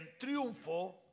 triunfo